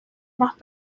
más